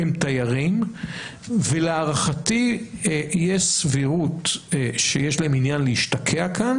הם תיירים ולהערכתי יש סבירות שיש להם עניין להשתקע כאן